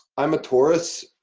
i'm a taurus.